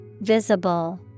Visible